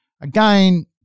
Again